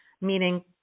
meaning